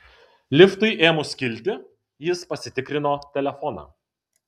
liftui ėmus kilti jis pasitikrino telefoną